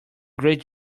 great